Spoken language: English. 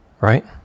right